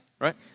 right